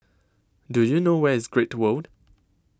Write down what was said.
Do YOU know Where IS Great World